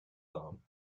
arm